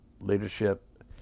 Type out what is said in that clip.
leadership